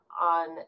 On